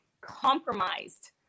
compromised